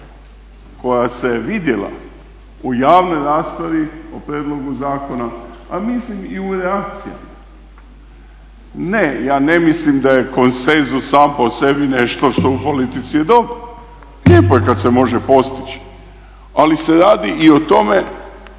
koja se vidjela u javnoj raspravi o prijedlogu zakona, a mislim i u reakcijama. Ne, ja ne mislim da je konsenzus sam po sebi nešto što u politici je dobro. Lijepo je kad se može postići, ali se radi i o tome